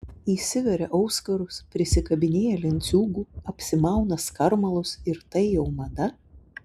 įsiveria auskarus prisikabinėja lenciūgų apsimauna skarmalus ir tai jau mada